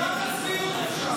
כמה צביעות אפשר?